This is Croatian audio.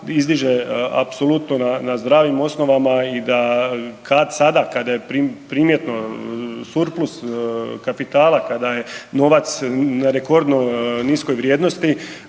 izdiže apsolutno na zdravim osnovama i da, kad, sada kada je primjetno surplus kapitala, kada je novac na rekordno niskoj vrijednosti,